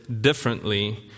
differently